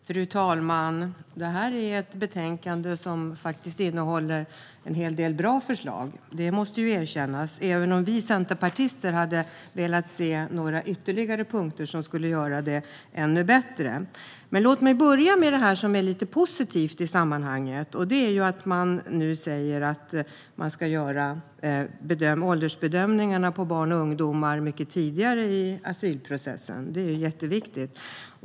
Fru talman! Det måste erkännas att det här är ett betänkande som innehåller en hel del bra förslag, även om vi centerpartister hade velat se några ytterligare punkter som skulle göra det ännu bättre. Låt mig börja med det som är lite positivt i sammanhanget, och det är att man nu säger att åldersbedömningarna på barn och ungdomar ska göras mycket tidigare i asylprocessen, vilket är jätteviktigt.